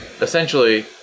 essentially